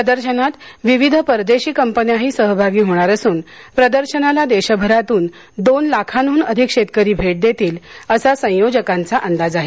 प्रदर्शनात विविध परदेशी कंपन्याही सहभागी होणार असून प्रदर्शनाला देशभरातून दोन लाखांहून अधिक शेतकरी भेट देतील असा संयोजकांचा अंदाज आहे